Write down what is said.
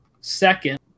second